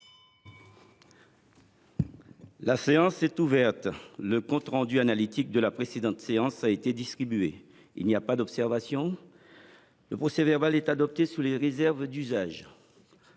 La séance est ouverte. Le compte rendu analytique de la précédente séance a été distribué. Il n’y a pas d’observation ?… Le procès verbal est adopté sous les réserves d’usage.